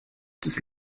des